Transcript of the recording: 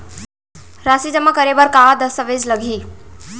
राशि जेमा करे बर का दस्तावेज लागही?